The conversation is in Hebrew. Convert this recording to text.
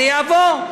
זה יעבור,